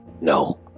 no